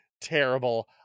terrible